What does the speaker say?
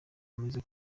ameze